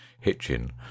Hitchin